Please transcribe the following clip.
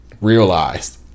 realized